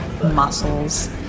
Muscles